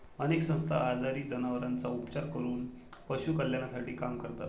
अनेक संस्था आजारी जनावरांवर उपचार करून पशु कल्याणासाठी काम करतात